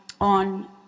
on